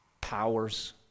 powers